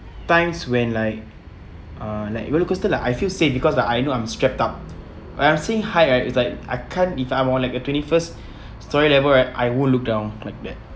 times when like uh like roller coaster like I feel safe because like I know I'm strapped up when I'm saying height right is like I can't if I'm on like a twenty first story level right I won't look down like that